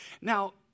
Now